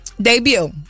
Debut